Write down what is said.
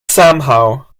somehow